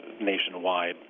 nationwide